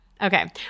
Okay